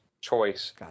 choice